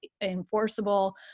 enforceable